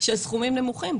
שהסכומים נמוכים,